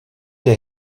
der